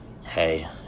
hey